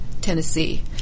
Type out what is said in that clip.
Tennessee